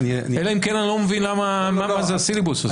אלא אם כן אני לא מבין מה זה הסילבוס הזה.